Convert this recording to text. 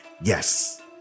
Yes